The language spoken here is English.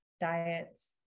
diets